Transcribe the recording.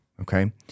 okay